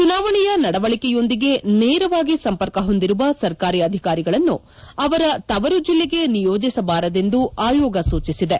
ಚುನಾವಣೆಯ ನಡವಳಿಕೆಯೊಂದಿಗೆ ನೇರವಾಗಿ ಸಂಪರ್ಕ ಹೊಂದಿರುವ ಸರ್ಕಾರಿ ಅಧಿಕಾರಿಗಳನ್ನು ಅವರ ತವರು ಜಿಲ್ಲೆಗೆ ನಿಯೋಜಿಸಬಾರದೆಂದು ಆಯೋಗ ಸೂಚಿಸಿದೆ